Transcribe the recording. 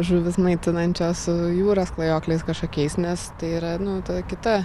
žuvis maitinančios jūros klajokliais kažkokiais nes tai yra ta kita